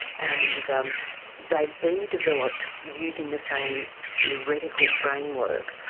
and um they have been developed using the same theoretical framework,